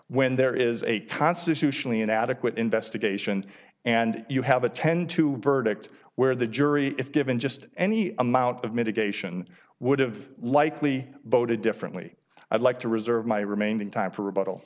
when there is a constitutionally inadequate investigation and you have a ten to verdict where the jury if given just any amount of mitigation would've likely voted differently i'd like to reserve my remaining time for